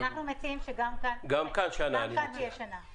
אנחנו מציעים שגם כאן תהיה שנה.